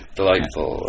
delightful